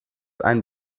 ein